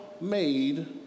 made